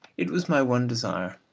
it was my one desire.